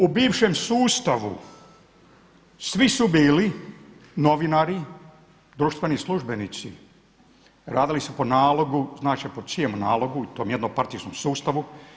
U bivšem sustavu svi su bili, novinari, društveni službenici, radili su po nalogu, zna se po čijemu nalogu, tom jednom partijskom sustavu.